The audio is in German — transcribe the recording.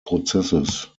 prozesses